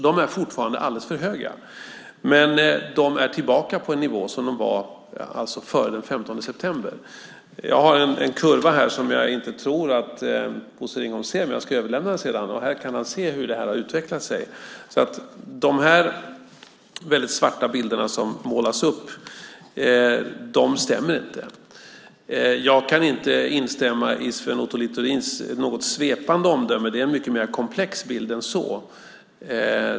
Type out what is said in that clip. De är fortfarande alldeles för höga, men de är tillbaka på nivån före den 15 september. Jag har en kurva här som jag inte tror att Bosse Ringholm ser, men jag ska överlämna den sedan. Där kan han se hur det har utvecklat sig. De väldigt svarta bilderna som målas upp stämmer inte. Jag kan inte instämma i Sven Otto Littorins något svepande omdöme. Det är en mycket mer komplex bild än så.